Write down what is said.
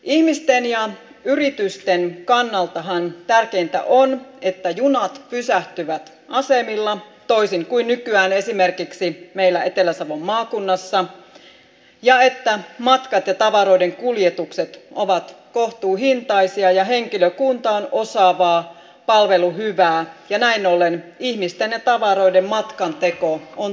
ihmisten ja yritysten kannaltahan tärkeintä on että junat pysähtyvät asemilla toisin kuin nykyään esimerkiksi meillä etelä savon maakunnassa ja että matkat ja tavaroiden kuljetukset ovat kohtuuhintaisia ja henkilökunta on osaavaa palvelu hyvää ja näin ollen ihmisten ja tavaroiden matkanteko on turvallista